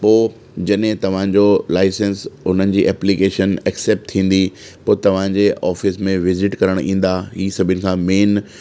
पोइ जॾहिं तव्हांजो लाईसंस उन्हनि जी एप्लीकेशन एक्सेपट थींदी पोइ तव्हांजे ऑफिस में विजिट करण ईंदा ई सभिनी खां मेइन